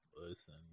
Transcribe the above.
Listen